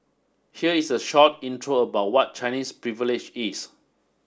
here is a short intro about what Chinese Privilege is